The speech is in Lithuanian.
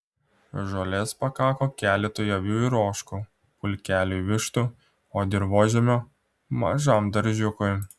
žolės pakako keletui avių ir ožkų pulkeliui vištų o dirvožemio mažam daržiukui